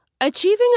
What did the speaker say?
Achieving